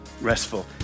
restful